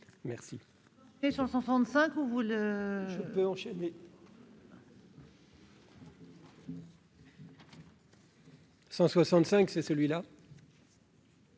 Merci,